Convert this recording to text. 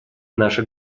наши